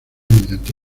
mediante